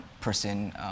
person